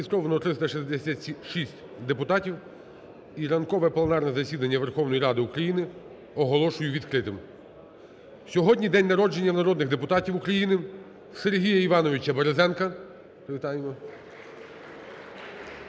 Зареєстровано 366 депутатів. І ранкове пленарне засідання Верховної Ради України оголошую відкритим. Сьогодні день народження народних депутатів України – Сергія Івановича Березенка.